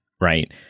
right